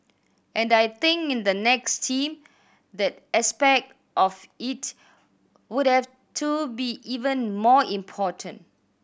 and I think in the next team that aspect of it would have to be even more important